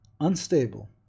unstable